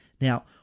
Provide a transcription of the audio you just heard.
Now